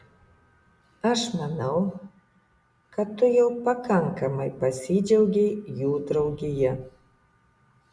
aš manau kad tu jau pakankamai pasidžiaugei jų draugija